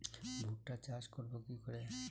ভুট্টা চাষ করব কি করে?